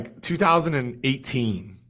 2018 –